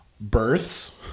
births